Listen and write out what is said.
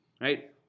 right